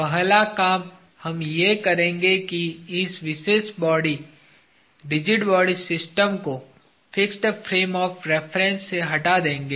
पहला काम हम ये करेंगे की इस विशेष बॉडी रिजिड बॉडी सिस्टम को फिक्स्ड फ्रेम ऑफ़ रेफरेन्स से हटा देंगे